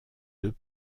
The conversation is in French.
deux